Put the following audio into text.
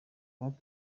kongo